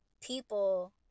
people